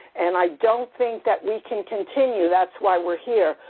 and i don't think that we can continue, that's why we're here,